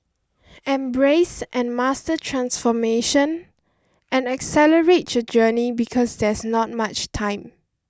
embrace and master transformation and accelerate your journey because there's not much time